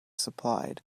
supplied